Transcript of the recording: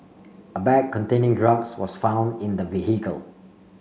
a bag containing drugs was found in the vehicle